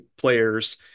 players